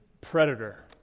Predator